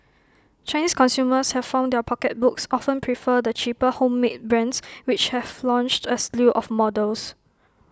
Chinese consumers have found their pocketbooks often prefer the cheaper homemade brands which have launched A slew of models